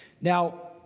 now